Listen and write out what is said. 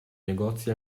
negozi